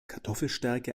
kartoffelstärke